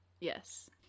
Yes